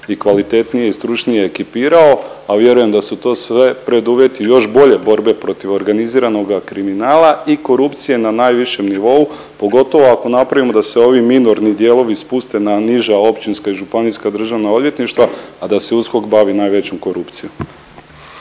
i kvalitetnije i stručnije ekipirao, a vjerujem da su to sve preduvjeti još bolje borbe protiv organiziranoga kriminala i korupcije na najvišem nivou, pogotovo ako napravimo da se ovi minorni dijelovi spuste na niža općinska i županijska državna odvjetništva, a da se USKOK bavi najvećom korupcijom.